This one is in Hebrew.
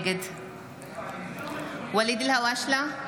נגד ואליד אלהואשלה,